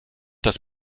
das